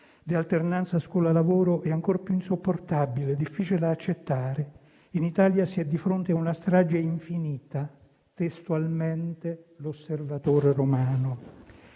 di alternanza scuola - lavoro, è ancora più insopportabile e difficile da accettare. In Italia si è di fronte ad una strage infinita, dice testualmente «L'Osservatore Romano».